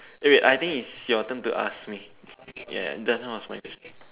eh wait I think it's your turn to ask me ya just now was mine